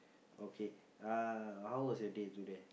okay uh how was your day today